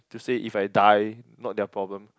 to say if I die not their problem